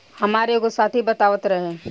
हामार एगो साथी बतावत रहे